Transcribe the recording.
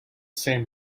same